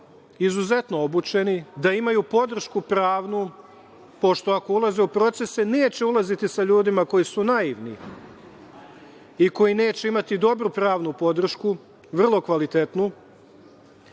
izuzetno obučeni, da imaju podršku pravnu, pošto ako ulaze u procese neće ulaziti sa ljudima koji su naivni i koji neće imati dobru pravnu podršku, vrlo kvalitetnu,